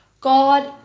God